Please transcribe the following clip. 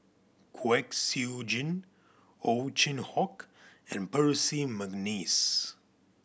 Kwek Siew Jin Ow Chin Hock and Percy McNeice